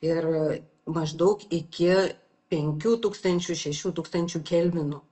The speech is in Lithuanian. ir maždaug iki penkių tūkstančių šešių tūkstančių kelvinų